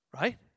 right